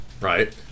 right